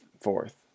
fourth